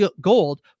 gold